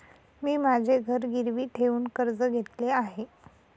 मी माझे घर गिरवी ठेवून कर्ज घेतले आहे